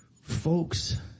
folks